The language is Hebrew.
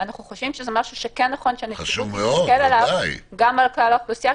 אנחנו חושבים שזה דבר שכן נכון שנסתכל עליו גם על כלל האוכלוסייה.